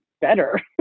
better